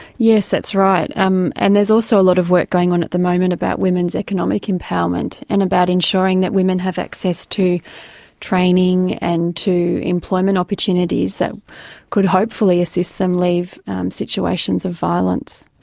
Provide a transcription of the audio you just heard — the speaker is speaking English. yes, that's right, um and there's also a lot of work going on at the moment about women's economic empowerment and about ensuring that women have access to training and to employment opportunities that could hopefully assist them leave situations of violence.